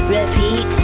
repeat